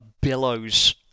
billows